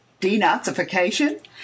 denazification